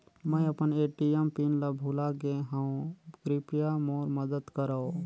मैं अपन ATM PIN ल भुला गे हवों, कृपया मोर मदद करव